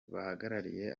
bahagarariye